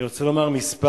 אני רוצה לומר מלים